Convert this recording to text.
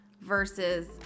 versus